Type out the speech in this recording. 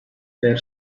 fère